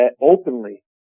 openly